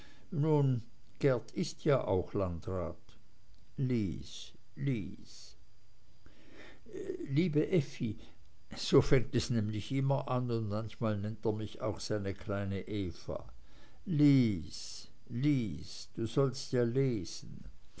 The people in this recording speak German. geert ist ja auch landrat lies lies liebe effi so fängt es nämlich immer an und manchmal nennt er mich auch seine kleine eva lies lies du sollst ja lesen